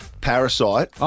Parasite